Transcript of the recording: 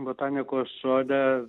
botanikos sode